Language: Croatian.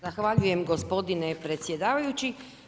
Zahvaljujem gospodine predsjedavajući.